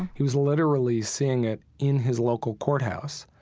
he was literally seeing it in his local courthouse,